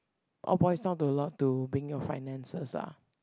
all boils down to a lot to being your finances ah